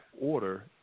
order